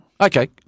Okay